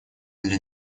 для